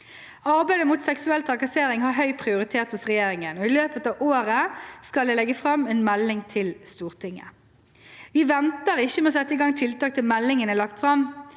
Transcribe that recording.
Arbeidet mot seksuell trakassering har høy prioritet hos regjeringen, og i løpet av året skal jeg legge fram en melding til Stortinget. Vi venter ikke med å sette i gang tiltak til meldingen er lagt fram.